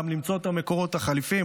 גם למצוא את המקורות החליפיים,